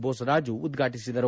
ಬೋಸರಾಜು ಉದ್ಘಾಟಿಸಿದರು